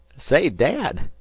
say, dad!